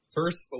First